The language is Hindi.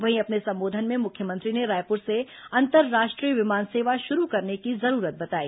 वहीं अपने संबोधन में मुख्यमंत्री ने रायपुर से अंतर्राष्ट्रीय विमान सेवा शुरू करने की जरूरत बताई